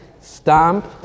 Stomp